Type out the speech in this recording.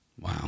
Wow